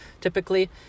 typically